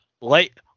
Light